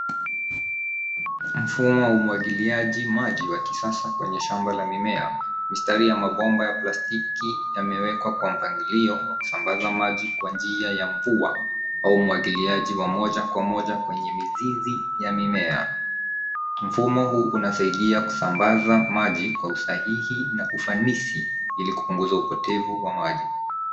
Mfumo wa umwagiliaji maji wa kisasa kwenye shamba la mimea. Mistari ya mabomba ya plastiki yamewekwa kwa mpangilio wa kusambaza maji kwa njia ya mvua au umwagiliaji wa moja kwa moja kwenye mizizi ya mimea. Mfumo huu inasaidia kusambaza maji kwa usahihi na ufanisi ili kupunguza upotevu wa maji.